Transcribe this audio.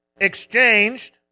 exchanged